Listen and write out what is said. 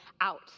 out